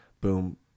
boom